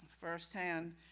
firsthand